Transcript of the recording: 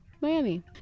Miami